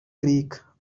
creek